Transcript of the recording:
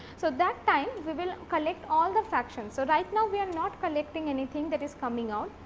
so, that time we will collect all the factions. so, right now we are not collecting anything that is coming out,